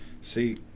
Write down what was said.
See